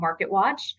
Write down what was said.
MarketWatch